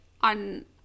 on